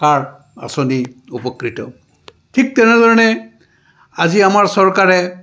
card আঁচনি উপকৃত ঠিক তেনেধৰণে আজি আমাৰ চৰকাৰে